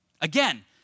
Again